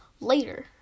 later